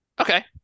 Okay